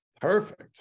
perfect